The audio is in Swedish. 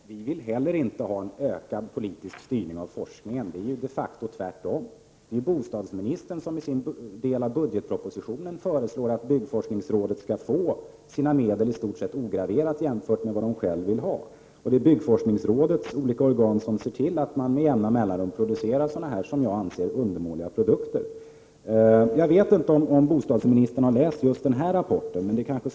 Fru talman! Inte heller vi vill ha en ökad politisk styrning av forskningen. Det är de facto tvärtom. Det är ju bostadsministern som i sin del av budgetpropositionen föreslår att byggforskningsrådet skall få sina medel i stort sett ograverade, jämfört med vad man själv vill ha. Det är byggforskningsrådets olika organ som ser till att man med jämna mellanrum producerar sådana här, som jag anser, undermåliga produkter. Jag vet inte om bostadsministern har läst just den rapport som jag här hålleri.